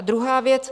Druhá věc.